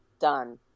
Done